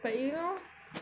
but you know